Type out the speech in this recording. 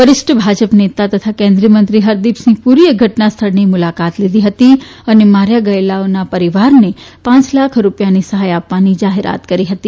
વરિષ્ઠ ભાજપ નેતા તથા કેન્દ્રીય મંત્રી હરદીપસિંઘ પુરી ઘટના સ્થળની મુલાકાત લીધી હતની અને માર્યા ગયેલાઓના પરીવારને પાંચ લાખ રૂપિયાની સહાય આપવાની જાહેરાત કરી હતી